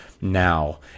Now